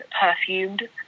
perfumed